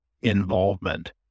involvement